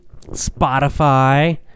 Spotify